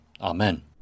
Amen